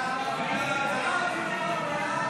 כהצעת הוועדה,